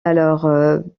alors